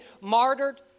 martyred